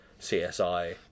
CSI